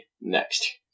next